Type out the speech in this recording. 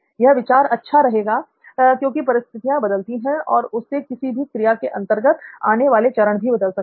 यह विचार अच्छा है क्योंकि परिस्थितियां बदलती हैं और उससे किसी भी क्रिया के अंतर्गत आने वाले चरण भी बदल जाते हैं